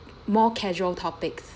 more casual topics